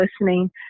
listening